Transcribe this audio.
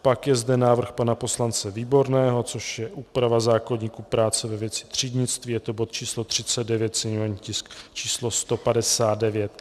Pak je zde návrh pana poslance Výborného, což je úprava zákoníku práce ve věci třídnictví, je to bod č. 39, sněmovní tisk č. 159.